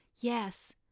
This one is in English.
Yes